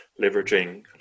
leveraging